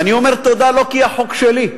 ואני אומר תודה לא כי החוק שלי,